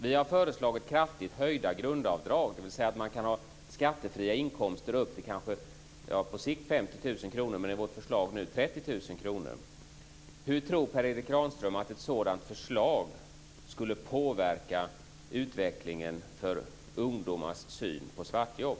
Vi har föreslagit kraftigt höjda grundavdrag, dvs. att man på sikt kan ha skattefria inkomster på upp till 50 000 kr, men vårt förslag är nu 30 000 kr. Hur tror Per Erik Granström att ett sådant förslag skulle påverka utvecklingen för ungdomars syn på svartjobb?